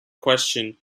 question